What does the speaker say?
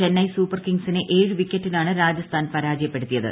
Chennai super കിങ്സിനെ ഏഴ് വിക്കറ്റിനാണ് രാജസ്ഥാൻ പരാജയപ്പെടു ത്തിയത്